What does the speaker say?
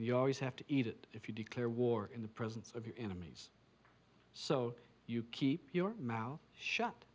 you always have to eat it if you declare war in the presence of your enemies so you keep your mouth shut